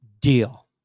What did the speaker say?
Deal